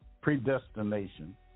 Predestination